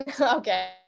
Okay